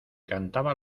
cantaba